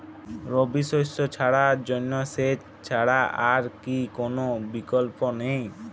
রবি শস্য চাষের জন্য সেচ ছাড়া কি আর কোন বিকল্প নেই?